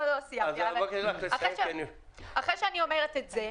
אחרי שאני אומרת את זה,